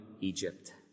Egypt